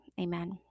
amen